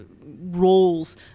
roles